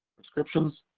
prescriptions,